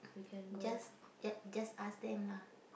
just just ask them lah